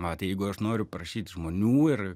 va tai jeigu aš noriu prašyt žmonių ir